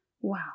Wow